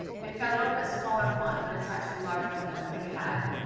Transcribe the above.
they've got a little bit smaller font but it's actually larger than what they had.